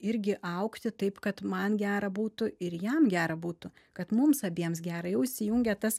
irgi augti taip kad man gera būtų ir jam gera būtų kad mums abiems gera jau įsijungia tas